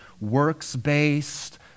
works-based